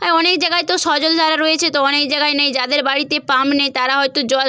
আর অনেক জায়গায় তো সজল ধারা রয়েছে তো অনেক জায়গায় নেই যাদের বাড়িতে পাম্প নেই তারা হয়তো জল